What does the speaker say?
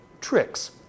tricks